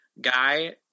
guy